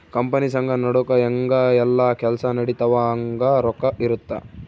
company ಸಂಘ ನಡುಕ ಹೆಂಗ ಯೆಲ್ಲ ಕೆಲ್ಸ ನಡಿತವ ಹಂಗ ರೊಕ್ಕ ಇರುತ್ತ